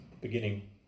beginning